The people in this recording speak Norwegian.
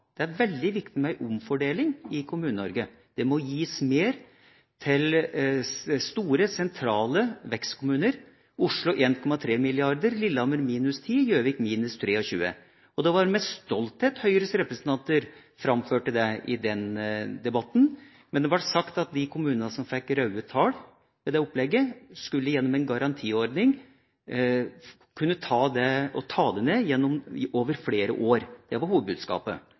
det er veldig viktig med en omfordeling i Kommune-Norge. Det må gis mer til store, sentrale vekstkommuner – Oslo 1,3 mrd. kr, Lillehammer minus 10 og Gjøvik minus 23. Og det var med stolthet Høyres representanter framførte det i den debatten, men det ble sagt at de kommunene som fikk røde tall med det opplegget, skulle gjennom en garantiordning ta det ned over flere år. Det var hovedbudskapet.